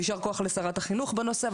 יישר כוח לשרת החינוך בנושא,